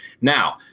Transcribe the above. now